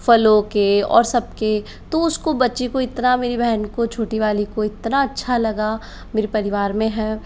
फ़लों के और सबके तो उसको बच्ची को इतना मेरी बहन को छोटी वाली को इतना अच्छा लगा मेरे परिवार में है